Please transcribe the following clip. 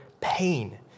pain